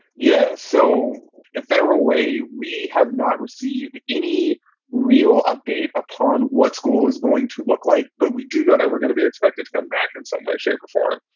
yeah. so in federal way, we have not received any real update upon what school is going to look like. but we do know that we're gonna be expected to come back in some way, shape or form.